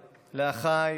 לאחיי,